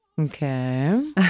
Okay